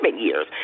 years